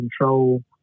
control